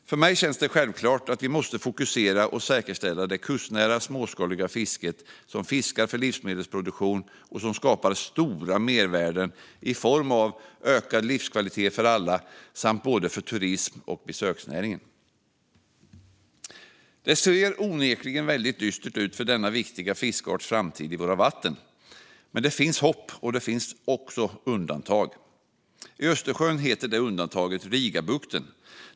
För mig känns det självklart att vi måste fokusera och säkerställa det kustnära småskaliga fisket där man fiskar för livsmedelproduktion och skapar stora mervärden i form av ökad livskvalitet för alla samt mervärden för både turismen och besöksnäringen. Det ser onekligen väldigt dystert ut för denna viktiga fiskarts framtid i våra vatten. Men det finns hopp och också undantag. I Östersjön heter det undantaget Rigabukten.